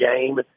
game